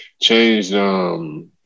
changed –